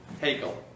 Haeckel